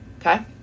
Okay